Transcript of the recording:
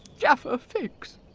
jaffa fakes.